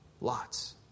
Lots